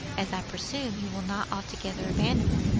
as i presume you will not altogether abandon them,